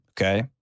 Okay